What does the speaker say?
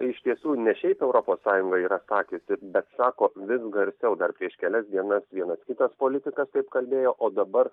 iš tiesų ne šiaip europos sąjunga yra sakiusi bet sako vis garsiau dar prieš kelias dienas vienas kitas politikas taip kalbėjo o dabar